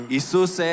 Jesus